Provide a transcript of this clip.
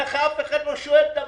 ככה אף אחד לא שואל את המעסיק.